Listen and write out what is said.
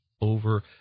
over